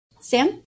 Sam